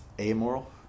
Amoral